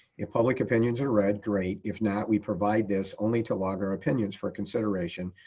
if public opinions are read, great. if not, we provide this only to log our opinions for consideration.